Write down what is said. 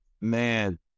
man